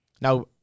Now